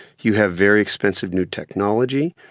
you have very expensive new technology.